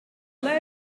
low